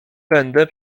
będę